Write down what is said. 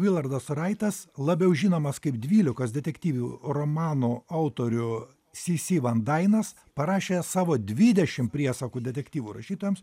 vilardas raitas labiau žinomas kaip dvylikos detektyvių romanų autorių sy sy van dainas parašė savo dvidešim priesakų detektyvų rašytojams